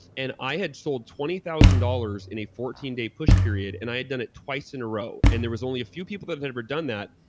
and i had sold twenty thousand dollars in a fourteen day push period and i had done it twice in a row. and there was only a few people that have never done that.